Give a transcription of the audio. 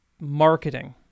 Marketing